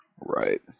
Right